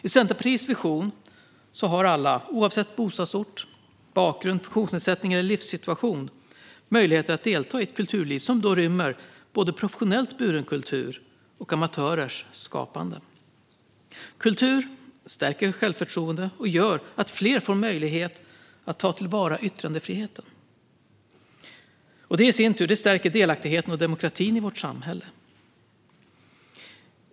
I Centerpartiets vision har alla, oavsett bostadsort, bakgrund, funktionsnedsättning eller livssituation, möjlighet att delta i kulturliv som rymmer både professionellt buren kultur och amatörers skapande. Kultur stärker självförtroendet och gör att fler får möjlighet att ta till vara yttrandefriheten. Detta stärker i sin tur delaktigheten och demokratin i vårt samhälle.